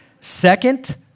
Second